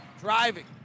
driving